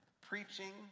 preaching